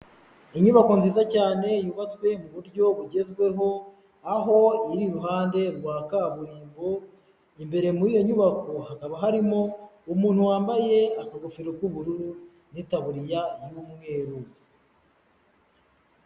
Inyubako nziza cyane, yubatswe mu buryo bugezweho, aho iri iruhande rwa kaburimbo, imbere muri iyo nyubako, hakaba harimo umuntu wambaye akagofero k'ubururu n'itaburiya y'umweru.